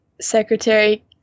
Secretary